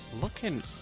Looking